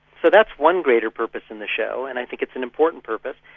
so that's one greater purpose in the show, and i think it's an important purpose.